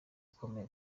ukomeye